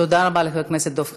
תודה רבה לך, חבר הכנסת דב חנין.